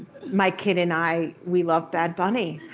my kid and i, we love bad bunny.